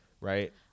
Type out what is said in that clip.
right